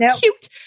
cute